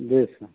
जी sir